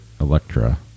Electra